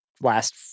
last